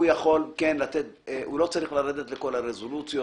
במחילה, הוא לא צריך לרדת לכל הרזולוציות.